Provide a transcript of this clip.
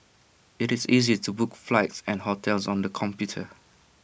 IT is easy to book flights and hotels on the computer